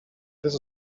this